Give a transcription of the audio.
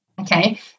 Okay